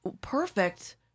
perfect